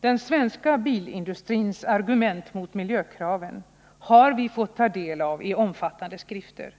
Den svenska bilindustrins argument mot miljökraven har vi fått ta del av i omfattande H9 skrifter.